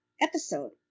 episode